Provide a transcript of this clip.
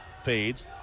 Fades